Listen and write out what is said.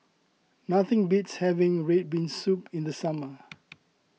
nothing beats having Red Bean Soup in the summer